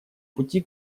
пути